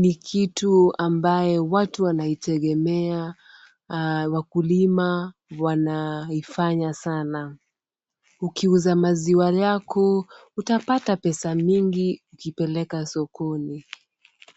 ni kitu ambayo watu wanaitegemea. Wakulima wanaifanya sana. Ukiuza maziwa yako, utapata pesa mingi ukipeleka sokoni.